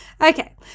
okay